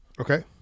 Okay